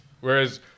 Whereas